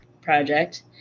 project